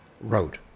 wrote